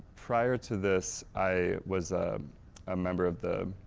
prior to this i was a member of the,